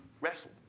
wrestle